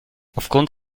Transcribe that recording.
aufgrund